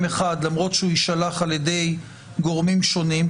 אחד למרות שהוא יישלח על ידי גורמים שונים,